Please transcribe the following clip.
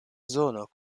zono